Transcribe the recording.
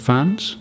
Fans